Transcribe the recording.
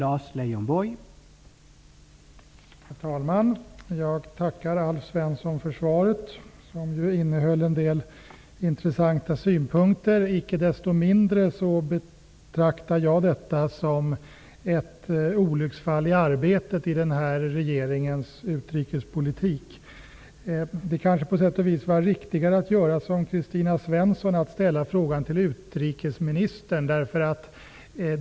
Herr talman! Jag tackar Alf Svensson för svaret, som innehöll en del intressanta synpunkter. Icke desto mindre betraktar jag detta som ett olycksfall i arbetet i den här regeringens utrikespolitik. På sätt och vis hade det kanske varit riktigare att göra som Kristina Svensson, dvs. att ställa frågan till utrikesministern.